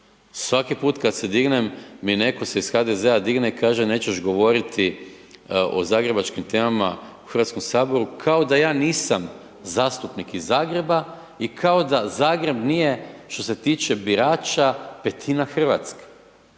Svaki put kad se dignem mi netko se iz HDZ-a digne i kaže nećeš govoriti o zagrebačkim temama u Hrvatskom saboru kao da ja nisam zastupnik iz Zagreba i kao da Zagreb nije što se tiče birača 1/5 Hrvatske.